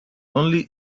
only